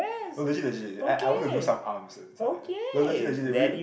no legit legit I I want to do some arms and stuff like that no legit legit we